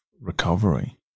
recovery